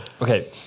Okay